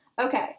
Okay